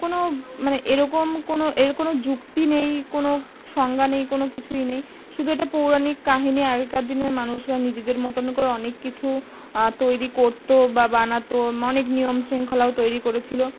কোনো মানে এরকম কোনো এর কোনো যুক্তি নেই কোনো সংজ্ঞা নেই কোনো কিছুই নেই শুধু এটা পৌরাণিক কাহিনি আগেকার দিনের মানুষরা নিজেদের মতন করে অনেক কিছু তৈরি করতো বা বানাতো অনেক নিয়ম শৃঙ্খলাও তৈরি করেছিলো